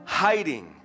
hiding